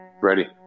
Ready